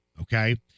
okay